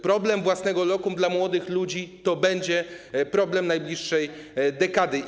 Problem własnego lokum dla młodych ludzi to będzie problem najbliższej dekady.